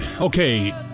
Okay